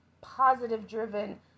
positive-driven